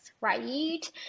right